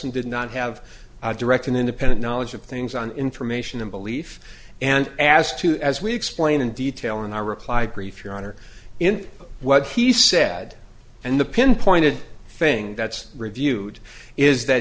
elsom did not have a direct and independent knowledge of things on information and belief and asked to as we explained in detail in our reply brief your honor in what he said and the pinpointed thing that's reviewed is that